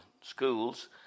schools